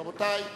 רבותי,